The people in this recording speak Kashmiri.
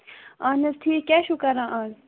اہن حظ ٹھیک کیاہ چھُو کران آز